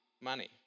money